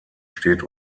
steht